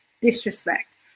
disrespect